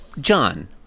John